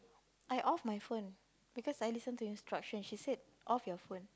I off my phone because I listen to instruction she said off your phone